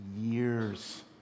years